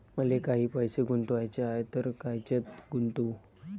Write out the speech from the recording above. मले काही पैसे गुंतवाचे हाय तर कायच्यात गुंतवू?